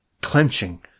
clenching